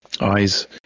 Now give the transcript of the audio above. eyes